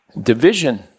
division